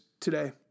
today